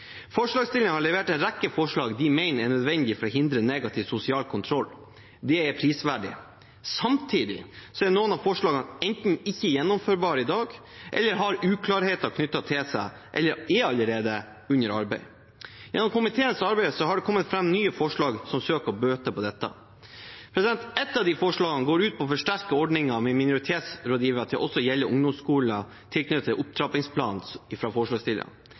Forslagsstillerne har levert en rekke forslag de mener er nødvendige for å hindre negativ sosial kontroll. Det er prisverdig. Samtidig er noen av forslagene enten ikke gjennomførbare i dag, har uklarheter knyttet til seg eller er allerede under arbeid. Gjennom komiteens arbeid har det kommet fram nye forslag som søker å bøte på dette. Et av forslagene går ut på å forsterke ordningen med minoritetsrådgivere til også å gjelde ungdomsskoler i tilknytning til en opptrappingsplan.